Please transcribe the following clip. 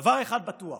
דבר אחד בטוח